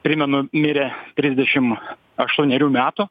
primenu mirė trisdešim aštuonerių metų